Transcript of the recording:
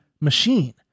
machine